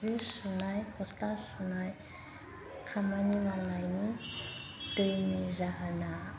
जि सुनाय गस्ला सुनाय खामानि मावनायनि दैनि जाहोना